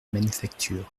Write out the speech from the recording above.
manufactures